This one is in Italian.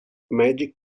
magic